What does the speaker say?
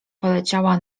poleciała